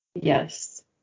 Yes